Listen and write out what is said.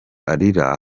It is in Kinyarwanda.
arira